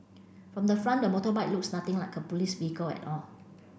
from the front the motorbike looks nothing like a police vehicle at all